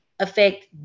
affect